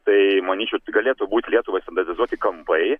tai manyčiau tai galėtų būti lietuvai standartizuoti kampai